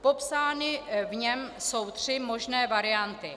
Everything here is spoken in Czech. Popsány v něm jsou tři možné varianty.